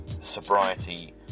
sobriety